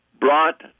brought